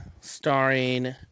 starring